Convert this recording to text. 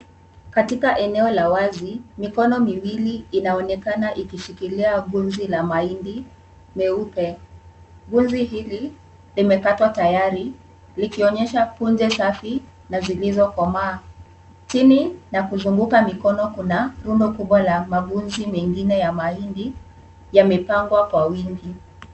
Katika eneo la wazi mikono miwili inaonekana ikishikilia gunzi la mahindi meupe. Gunzi hili limekatwa tayari likionyesha punje safi na zilizokomaa. Chini na kuzunguka mikono kuna rundo kubwa la magunzi mengine ya mahindi yamepangwa kwa wingi.